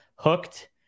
Hooked